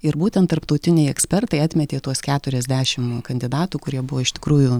ir būtent tarptautiniai ekspertai atmetė tuos keturiasdešimt kandidatų kurie buvo iš tikrųjų